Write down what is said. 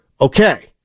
Okay